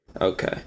Okay